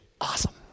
Awesome